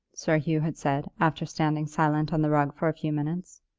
sir hugh had said, after standing silent on the rug for a few minutes.